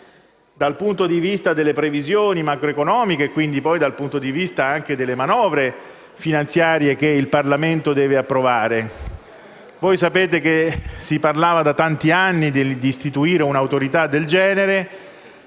dal punto di vista delle previsioni macroeconomiche e, quindi, dal punto di vista delle manovre finanziarie che il Parlamento deve approvare. Voi sapete che si parlava da tanti anni di istituire un'autorità del genere,